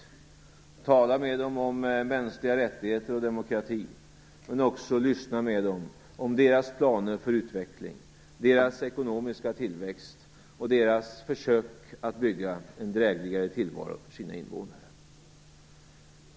Jag skall tala med dem om mänskliga rättigheter och demokrati men också lyssna på dem om deras planer för utveckling, deras ekonomiska tillväxt och deras försök att bygga en drägligare tillvaro för sina invånare.